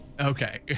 Okay